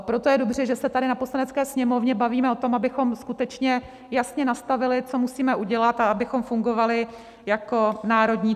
Proto je dobře, že se tady na Poslanecké sněmovně bavíme o tom, abychom skutečně jasně nastavili, co musíme udělat, a abychom fungovali jako národní tým.